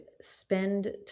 spend